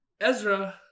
Ezra